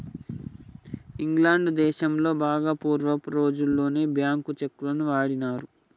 England దేశంలో బాగా పూర్వపు రోజుల్లోనే బ్యేంకు చెక్కులను వాడినారు